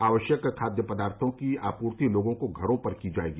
आवश्यक खाद्य पदार्थो की आपूर्ति लोगों को घरों पर की जाएगी